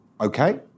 okay